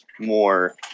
more